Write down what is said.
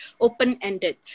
open-ended